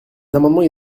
amendements